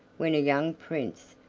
when a young prince,